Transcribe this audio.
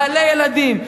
בעלי ילדים,